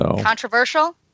Controversial